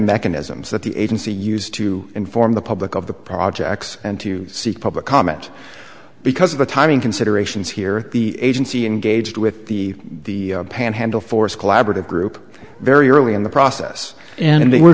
mechanisms that the agency used to inform the public of the projects and to seek public comment because of the timing considerations here the agency engaged with the panhandle force collaborative group very early in the process and they were